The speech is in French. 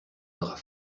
drap